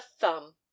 thumb